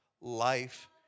life